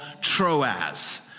Troas